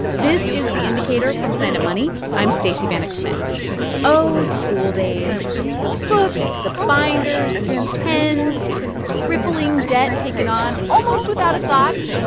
this is the indicator from planet money. i'm stacey vanek smith oh, school days the books, the binders, the new pens, the crippling debt taken on almost without a thought.